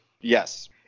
Yes